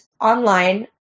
online